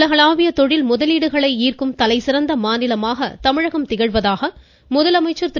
உலகளாவிய தொழில் முதலீடுகளை ஈர்க்கும் தலைசிறந்த மாநிலமாக தமிழகம் திகழ்வதாக முதலமைச்சா் திரு